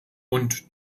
und